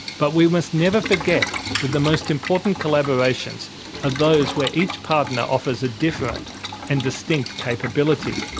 but we must never forget that the most important collaborations are those where each partner offers a different and distinct capability.